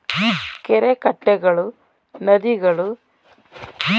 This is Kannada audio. ಕೆರೆಕಟ್ಟೆಗಳು, ನದಿಗಳು, ಜೆರ್ರಿಗಳು ನೀರಿನ ಅಂತರ್ಜಲ ಮಟ್ಟವನ್ನು ಹೆಚ್ಚಿಸುತ್ತದೆ